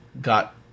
got